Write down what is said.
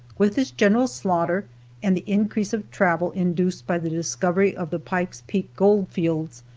with this general slaughter and the increase of travel induced by the discovery of the pike's peak gold fields,